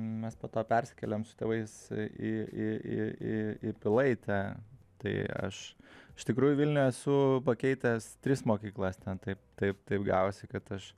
mes po to persikėlėm su tėvais į į į į į pilaitę tai aš iš tikrųjų vilniuj esu pakeitęs tris mokyklas ten taip taip taip gavosi kad aš